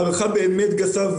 הערכה גסה,